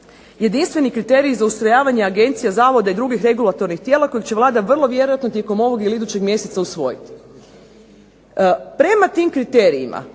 jedinstveni kriterij za ustrojavanje agencija, zavoda i drugih regulatornih tijela kojeg će Vlada vrlo vjerojatno tijekom ovog ili idućeg mjeseca usvojiti. Prema tim kriterijima